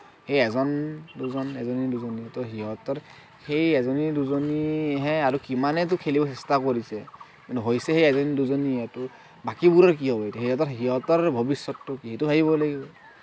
সেই এজন দুজন এজনী দুজনী ত' সিহঁতৰ সেই এজনী দুজনীহে আৰু কিমানেতো খেলিবৰ চেষ্টা কৰিছে কিন্তু হৈছে সেই এজনী দুজনীহে ত' বাকীবোৰৰ কি হ'ব এতিয়া সিহঁতৰ সিহঁতৰ ভৱিষ্যতটো কি সেইটো ভাবিব লাগিব